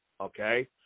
Okay